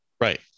Right